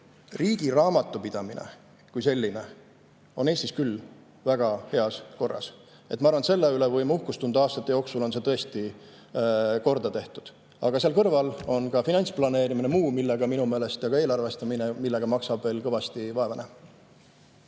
Riigi raamatupidamine kui selline on Eestis küll väga heas korras. Ma arvan, et selle üle võime uhkust tunda. Aastate jooksul on see tõesti korda tehtud. Aga seal kõrval on finantsplaneerimine, ka eelarvestamine, millega maksab veel kõvasti vaeva